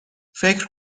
فکر